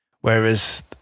Whereas